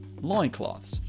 loincloths